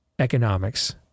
economics